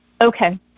Okay